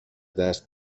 دست